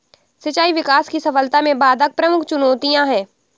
सिंचाई विकास की सफलता में बाधक प्रमुख चुनौतियाँ है